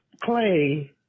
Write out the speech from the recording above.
Clay